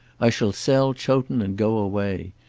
i shall sell chowton and go away.